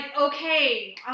okay